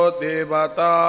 devata